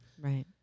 Right